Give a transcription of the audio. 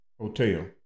Hotel